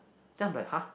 then I'm like !huh!